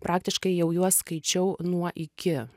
praktiškai jau juos skaičiau nuo iki